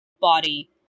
body